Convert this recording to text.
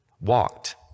Walked